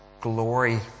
glory